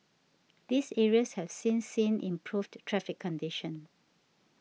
these areas have since seen improved traffic conditions